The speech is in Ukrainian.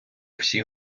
всі